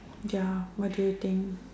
ya what do you think